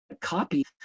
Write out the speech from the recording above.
copy